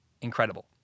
incredible